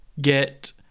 get